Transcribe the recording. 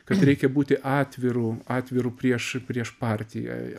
kad reikia būti atviru atviru prieš prieš partiją